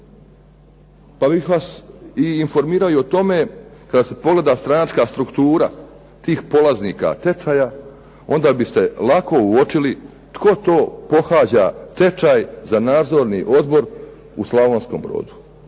Pa bih vas i informirao i o tome kada se pogleda stranačka struktura tih polaznika tečaja onda biste lako uočili tko to pohađa tečaj za nadzorni odbor u Slavonskom Brodu.